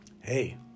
Hey